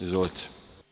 Izvolite.